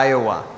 Iowa